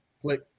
Click